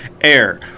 Air